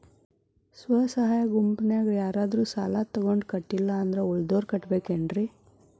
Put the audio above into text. ಸ್ವ ಸಹಾಯ ಗುಂಪಿನ್ಯಾಗ ಯಾರಾದ್ರೂ ಸಾಲ ತಗೊಂಡು ಕಟ್ಟಿಲ್ಲ ಅಂದ್ರ ಉಳದೋರ್ ಕಟ್ಟಬೇಕೇನ್ರಿ?